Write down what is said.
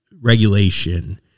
regulation